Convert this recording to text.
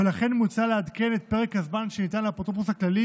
ולכן מוצע לעדכן את פרק הזמן שניתן לאפוטרופוס הכללי